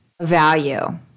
value